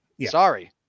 sorry